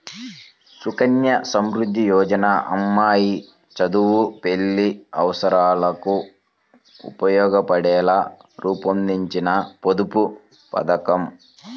సుకన్య సమృద్ధి యోజన అమ్మాయి చదువు, పెళ్లి అవసరాలకు ఉపయోగపడేలా రూపొందించిన పొదుపు పథకం